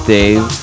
Dave